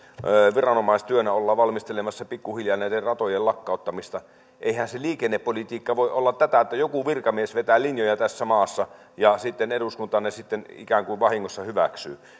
viranomaistyönä ollaan valmistelemassa pikkuhiljaa näiden ratojen lakkauttamista eihän se liikennepolitiikka voi olla tätä että joku virkamies vetää linjoja tässä maassa ja sitten eduskunta ne ikään kuin vahingossa hyväksyy